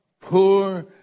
poor